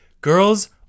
Girls